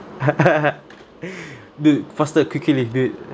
dude faster quickly dude